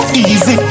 easy